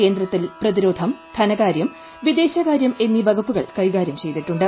കേന്ദ്രത്തിൽ പ്രതിരോധം ധനകാര്യം വിദേശകാര്യം എന്നീ വകുപ്പുകൾ കൈകാര്യം ചെയ്തിട്ടുണ്ട്